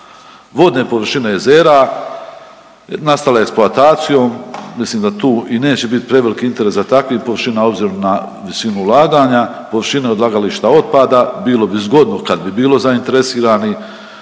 Vodne površine jezera nastale eksploatacijom, mislim da tu i neće bit prevelik interes za takvim površinama obzirom na visinu ulaganja i površinu odlagališta otpada, bilo bi zgodno kad bi bilo zainteresiranih.